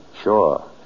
Sure